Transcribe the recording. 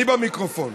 אני במיקרופון.